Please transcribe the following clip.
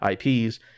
IPs